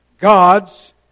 God's